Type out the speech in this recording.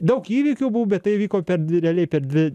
daug įvykių buvo bet tai įvyko per dvi realiai per dvi